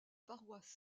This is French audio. paroisse